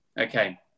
okay